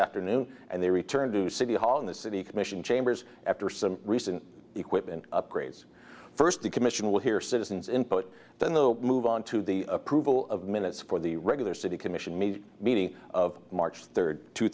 afternoon and they return to city hall in the city commission chambers after some recent equipment upgrades first the commission will hear citizens input then the move on to the approval of minutes for the regular city commission made meeting of march third two